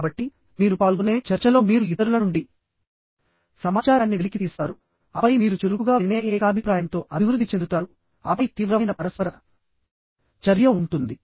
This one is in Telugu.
కాబట్టి మీరు పాల్గొనే చర్చలో మీరు ఇతరుల నుండి సమాచారాన్ని వెలికితీస్తారుఆపై మీరు చురుకుగా వినే ఏకాభిప్రాయంతో అభివృద్ధి చెందుతారుఆపై తీవ్రమైన పరస్పర చర్య ఉంటుంది